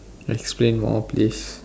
explain more please